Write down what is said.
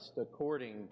according